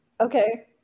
Okay